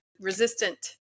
resistant